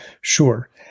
Sure